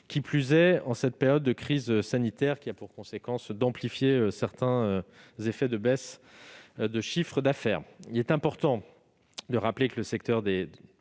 qui plus est en cette période de crise sanitaire, qui a pour conséquence d'amplifier certaines baisses de chiffre d'affaires. Il est important de le rappeler : le secteur des